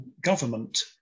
government